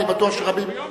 אני בטוח שרבים,